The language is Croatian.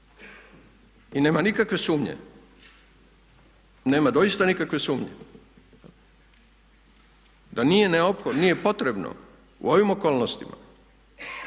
I nema nikakve sumnje, nema doista nikakve sumnje da nije potrebno u ovim okolnostima